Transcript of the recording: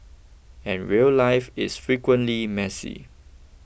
and real life is frequently messy